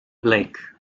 blake